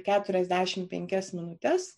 keturiasdešimt penkias minutes